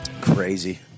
crazy